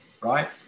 right